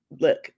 look